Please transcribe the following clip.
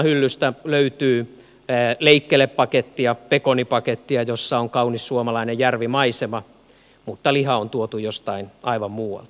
kaupanhyllystä löytyy leikkelepakettia pekonipakettia jossa on kaunis suomalainen järvimaisema mutta liha on tuotu jostain aivan muualta